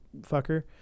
fucker